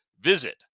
visit